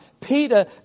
Peter